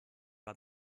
war